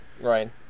right